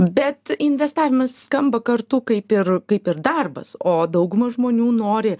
bet investavimas skamba kartu kaip ir kaip ir darbas o dauguma žmonių nori